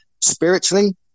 Spiritually